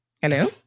Hello